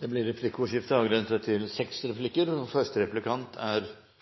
Det blir replikkordskifte. Representanten Lars Peder Brekk satte søkelyset på spørsmålet om å avgi nasjonal råderett – og